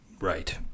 Right